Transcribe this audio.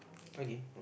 okay